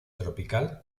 tropical